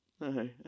No